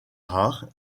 rare